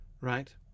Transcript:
right